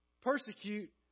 persecute